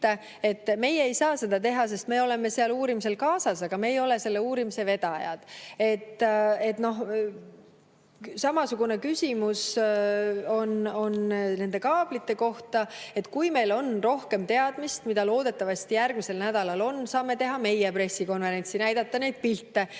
Meie ei saa seda teha, sest me oleme seal uurimisel kaasas, aga me ei ole selle uurimise vedajad. Samasugune küsimus on nende kaablite kohta. Kui meil on rohkem teadmist, mida loodetavasti järgmisel nädalal on, saame teha meie pressikonverentsi, näidata pilte